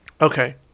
Okay